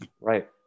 right